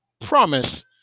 promise